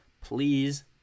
Please